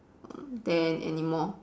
there anymore